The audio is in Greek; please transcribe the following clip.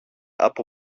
από